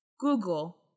Google